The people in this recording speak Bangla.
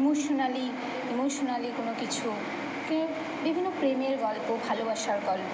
ইমোশোনালি ইমোশোনালি কোনো কিছুকে বিভিন্ন প্রেমের গল্প ভালোবাসার গল্প